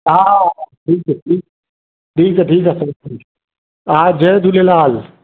हा हा ठीकु आहे ठीकु आहे ठीकु आहे साईं हा जय झूलेलाल